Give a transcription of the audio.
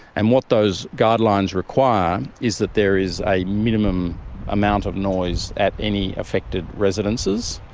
and what those guidelines require is that there is a minimum amount of noise at any affected residences.